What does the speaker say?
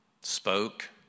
spoke